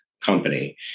company